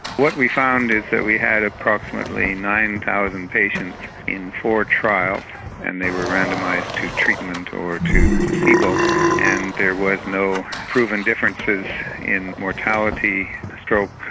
what we found is that we had approximately nine thousand patients in four trials and they were randomised to treatment or to placebo and there was no proven differences in mortality, stroke,